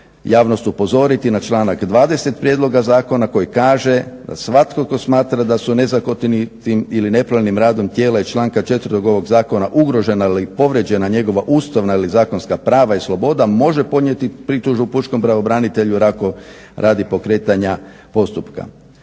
javnost upozoriti na članak 20. Prijedloga zakona koji kaže da svatko tko smatra da su nezakonitim ili nepravilnim radom tijela iz članka 4. ovog zakona ugrožena ili povrijeđena njegova ustavna ili zakonska prava i sloboda može podnijeti pritužbu pučkog pravobranitelju jer ako radi pokretanja postupka.